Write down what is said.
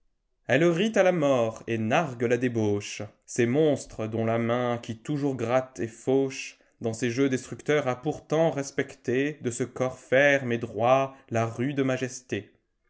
elle rit à la mort et nargue la débauche ces monstres dont la main qui toujours gratte et fauche dans ses jeux destructeurs a pourtant respecté de ce corps ferme et droit la rude majesté